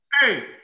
hey